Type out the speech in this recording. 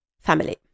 family